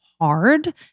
hard